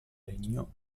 legno